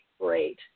great